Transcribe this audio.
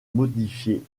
modifiée